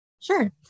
Sure